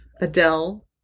Adele